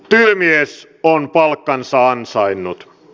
työmies on palkkansa ansainnut